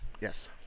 Yes